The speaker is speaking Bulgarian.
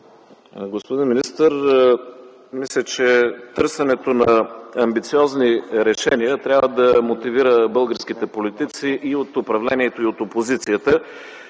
Господин министър, мисля, че търсенето на амбициозни решения трябва да мотивира българските политици и от управлението, и от опозицията.